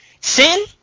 Sin